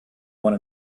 one